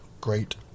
great